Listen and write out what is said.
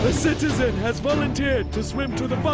citizen has volunteered to swim to the